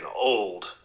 old